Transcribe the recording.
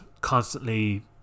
constantly